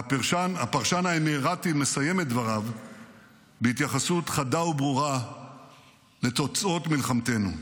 הפרשן האמירתי מסיים את דבריו בהתייחסות חדה וברורה לתוצאות מלחמתנו: